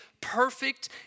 perfect